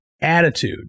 attitude